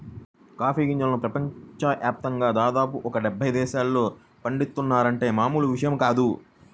coffee గింజలను ప్రపంచ యాప్తంగా దాదాపు ఒక డెబ్బై దేశాల్లో పండిత్తున్నారంటే మామూలు విషయం కాదు